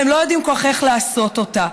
הם לא יודעים כל כך איך לעשות אותה.